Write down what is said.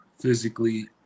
physically